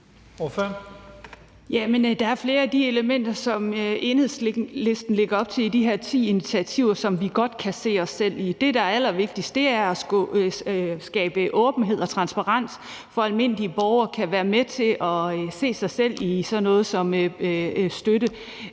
Der er flere af de elementer, som Enhedslisten lægger op til i de her ti initiativer, som vi godt kan se os selv i. Det, der er allervigtigst, er at skabe åbenhed og transparens, for at almindelige borgere kan være med til at se sig selv i sådan noget som støtte.